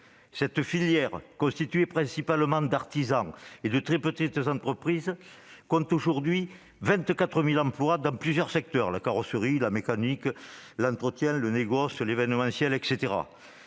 Cette filière, constituée principalement d'artisans et de très petites entreprises, compte 24 000 emplois dans plusieurs secteurs : la carrosserie, la mécanique, l'entretien, le négoce, l'événementiel, etc.